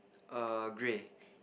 err grey